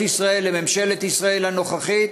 לממשלות ישראל, לממשלת ישראל הנוכחית,